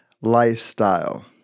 lifestyle